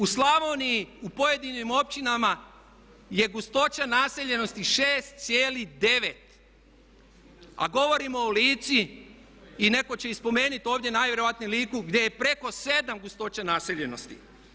U Slavoniji u pojedinim općinama je gustoća naseljenosti 6,9 a govorimo o Lici i netko će i spomenuti ovdje najvjerojatnije Liku gdje je preko 7 gustoća naseljenosti.